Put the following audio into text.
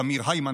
תמיר הימן,